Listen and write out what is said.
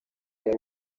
yari